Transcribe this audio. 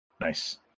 Nice